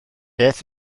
beth